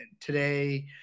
today